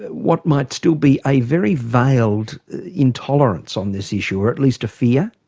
what might still be, a very veiled intolerance on this issue, or at least a fear?